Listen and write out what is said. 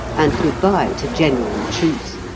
and good-bye to genuine truth!